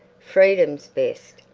freedom's best!